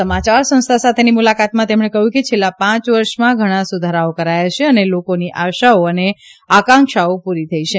સમાચાર સંસ્થા સાથેની મુલાકાતમાં તેમણે કહ્યું કે છેલ્લાં પાંચ વર્ષમાં ઘણા સુધારાઓ કરાયા છે અને લોકોની આશાઓ અને આકાંક્ષાઓ પૂરી થઇ છે